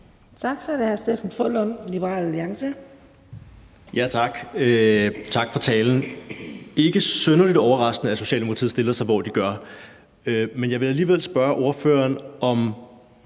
Kl. 22:15 Steffen W. Frølund (LA): Tak, og tak for talen. Det er ikke synderlig overraskende, at Socialdemokratiet stiller sig, hvor de gør. Men jeg vil alligevel spørge ordføreren om